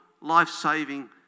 life-saving